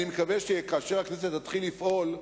אני מקווה שכאשר הכנסת תתחיל לפעול,